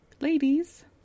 ladies